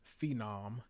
phenom